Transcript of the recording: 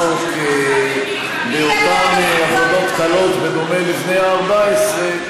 לעסוק באותן עבודות קלות בדומה לבני ה-14,